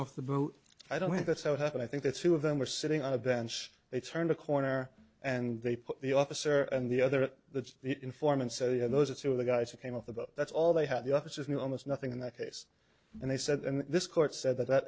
off the boat i don't think that's how it happened i think that's two of them were sitting on a bench they turned a corner and they put the officer and the other at the informant so yeah those are two of the guys that came up about that's all they had the officers knew almost nothing in that case and they said this court said that that